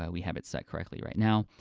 ah we have it set correctly right now,